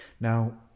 Now